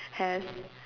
has